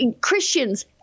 christians